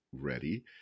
ready